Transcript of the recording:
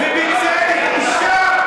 לתת לדרוזים, ובצדק, בושה.